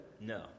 No